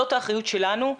זאת האחריות שלנו.